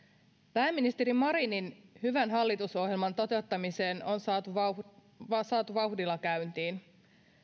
pääministeri marinin hyvän hallitusohjelman toteuttaminen on saatu vauhdilla käyntiin